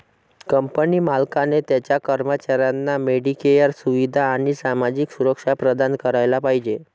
company मालकाने त्याच्या कर्मचाऱ्यांना मेडिकेअर सुविधा आणि सामाजिक सुरक्षा प्रदान करायला पाहिजे